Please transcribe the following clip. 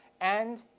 and